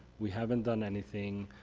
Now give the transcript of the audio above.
we haven't done anything,